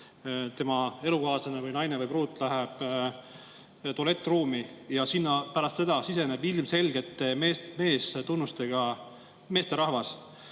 elukaaslane, naine või pruut läheb tualettruumi ja sinna pärast seda siseneb ilmselgelt mehe tunnustega meesterahvas?